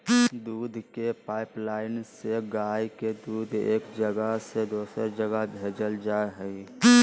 दूध के पाइपलाइन से गाय के दूध एक जगह से दोसर जगह भेजल जा हइ